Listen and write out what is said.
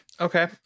Okay